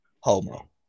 homo